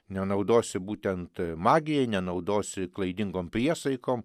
nenaudosi būtent magijai nenaudosi klaidingom priesaikom